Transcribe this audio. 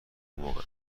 موقع